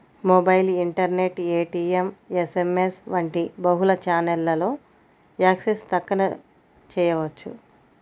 mobile, internet, ATM, SMS వంటి బహుళ ఛానెల్లలో యాక్సెస్ తక్షణ చేయవచ్చు